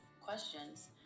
questions